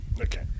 Okay